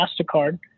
MasterCard